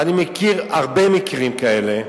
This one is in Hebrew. ואני מכיר הרבה מקרים כאלה,